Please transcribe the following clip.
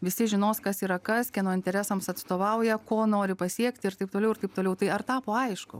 visi žinos kas yra kas kieno interesams atstovauja ko nori pasiekti ir taip toliau ir taip toliau tai ar tapo aišku